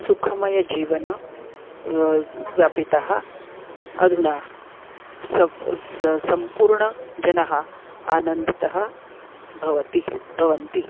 सुखमयजीवनं व्यापितः अधुना सम् सम्पूर्णजनः आनन्दितः भवति भवन्ति